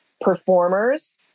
performers